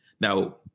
Now